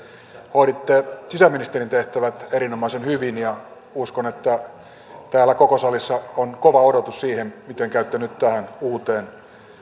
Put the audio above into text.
hoiditte sisäministerin tehtävät erinomaisen hyvin ja uskon että täällä koko salissa on kova odotus sen suhteen miten käytte nyt tähän uuteen